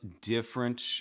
different